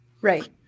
Right